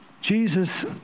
Jesus